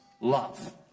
love